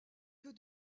que